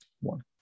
one